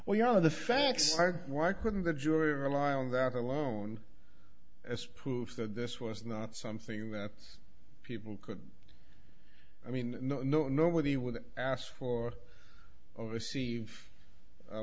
well you know the facts are why couldn't the jury rely on that alone as proof that this was not something that people could i mean no no nobody would ask for over se